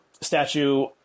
statue